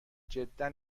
جدا